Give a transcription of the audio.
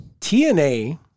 TNA